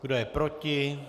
Kdo je proti?